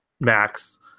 max